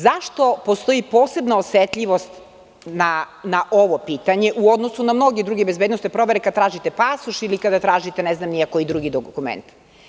Zašto postoji posebna osetljivost na ovo pitanje u odnosu na mnoge druge bezbednosne provere kad tražite pasoš ili neki drugi dokument?